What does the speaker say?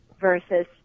versus